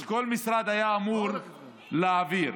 כל משרד היה אמור להעביר.